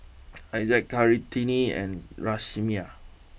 Ishak Kartini and Raisya